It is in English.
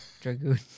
Dragoon